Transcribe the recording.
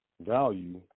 value